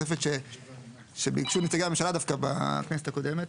תוספת שביקשו נציג הממשלה דווקא בכנסת הקודמת.